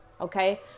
Okay